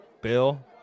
Bill